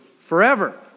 Forever